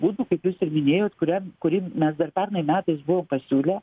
būtų kaip jūs ir minėjot kuriam kurį mes dar pernai metais buvom pasiūlę